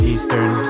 Eastern